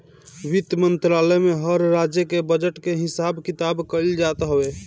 वित्त मंत्रालय में हर राज्य के बजट के हिसाब किताब कइल जात हवे